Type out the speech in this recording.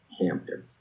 Hampton